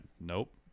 Nope